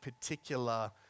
particular